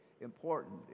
important